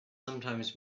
sometimes